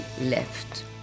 left